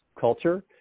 culture